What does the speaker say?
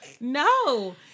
No